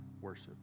worship